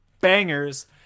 bangers